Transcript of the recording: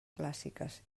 clàssiques